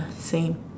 same